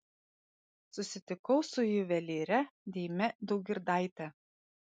susitikau su juvelyre deime daugirdaite